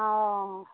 অ